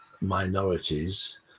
minorities